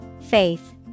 Faith